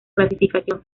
clasificación